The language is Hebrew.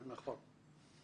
נכון.